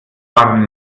waren